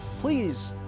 please